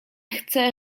chcę